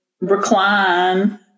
recline